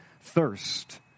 thirst